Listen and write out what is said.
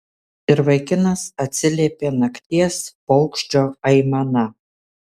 ir vaikinas atsiliepė nakties paukščio aimana